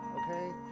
okay.